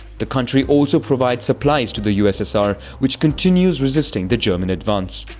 the country also provides supplies to the ussr, which continues resisting the german advance.